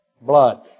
blood